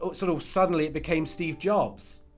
ah sort of suddenly became steve jobs.